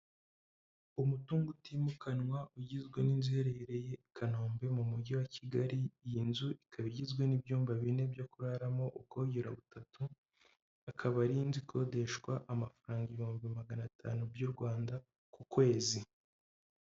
Umutungo utimukanwa ugizwe n'inzu iherereye i Kanombe mu Mujyi wa Kigali, iyi nzu ikaba igizwe n'ibyumba bine byo kuraramo, ubwongera butatu, akaba ari inzu ikodeshwa amafaranga ibihumbi magana atanu by'u Rwanda ku kwezi.